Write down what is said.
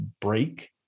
break